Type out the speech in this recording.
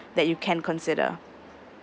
that you can consider